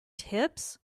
tips